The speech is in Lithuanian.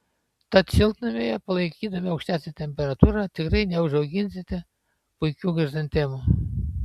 tad šiltnamyje palaikydami aukštesnę temperatūrą tikrai neužauginsite puikių chrizantemų